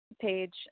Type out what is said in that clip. page